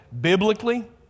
biblically